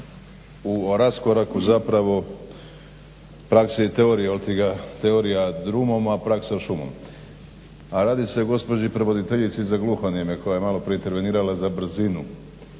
u raskoraku zapravo prakse i teorije ili ti ga teorija drumom, a praksa šumom a radi se o gospođi prevoditeljici za gluhonijeme koja je maloprije intervenirala za brzinu